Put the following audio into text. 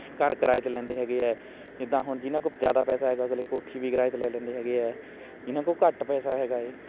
ਘਰ ਕਿਰਾਏ 'ਤੇ ਲੈਂਦੇ ਹੈਗੇ ਹੈ ਜਿੱਦਾਂ ਹੁਣ ਜਿਹਨਾਂ ਕੋਲ ਜ਼ਿਆਦਾ ਪੈਸਾ ਹੈਗਾ ਅਗਲੇ ਕੋਠੀ ਵੀ ਕਿਰਾਏ 'ਤੇ ਲੈ ਲੈਂਦੇ ਹੈਗੇ ਹੈ ਜਿਹਨਾਂ ਕੋਲ ਘੱਟ ਪੈਸਾ ਹੈਗਾ ਹੈ